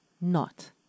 Not